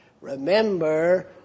remember